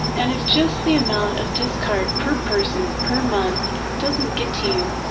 and if just the amount of discard per person, per month doesn't get to you,